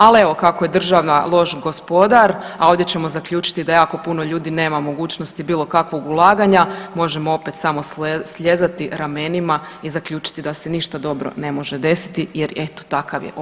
Al evo kako je država loš gospodar, a ovdje ćemo zaključiti da jako puno ljudi nema mogućnosti bilo kakvog ulaganja možemo opet samo sljezati ramenima i zaključiti da se ništa dobro ne može desiti jer eto takav je okvir.